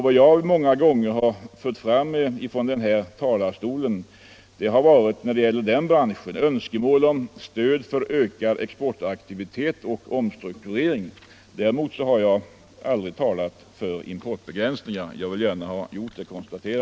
Vad jag många gånger fört fram från denna talarstol när det gäller den branschen är önskemål om stöd för ökad exportaktivitet och omstrukturering. Däremot vill jag understryka att jag aldrig talat för importbegränsningar.